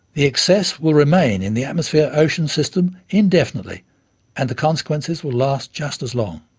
the excess will remain in the atmosphere-ocean system indefinitely and the consequences will last just as long.